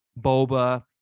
boba